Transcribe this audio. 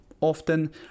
often